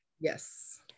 Yes